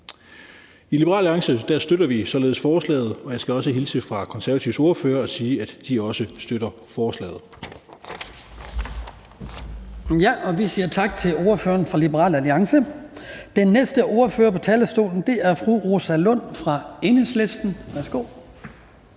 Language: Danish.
I Liberal Alliance støtter vi således forslaget, og jeg skal også hilse fra Konservatives ordfører og sige, at de også støtter forslaget. Kl. 14:51 Den fg. formand (Hans Kristian Skibby): Vi siger tak til ordføreren for Liberal Alliance. Den næste ordfører på talerstolen er fru Rosa Lund fra Enhedslisten. Værsgo.